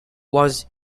was